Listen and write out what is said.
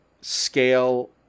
scale